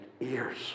ears